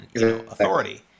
authority